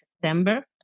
September